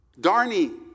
Darnie